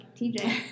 TJ